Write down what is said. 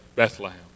Bethlehem